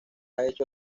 hecho